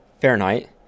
Fahrenheit